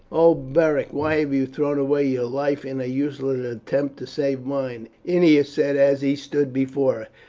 oh, beric, why have you thrown away your life in a useless attempt to save mine? ennia said as he stood before